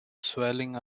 swallowing